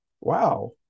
wow